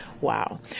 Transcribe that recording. wow